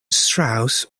strauss